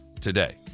today